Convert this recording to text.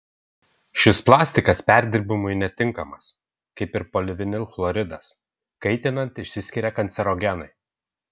šis plastikas perdirbimui netinkamas kaip ir polivinilchloridas kaitinant išsiskiria kancerogenai